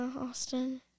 Austin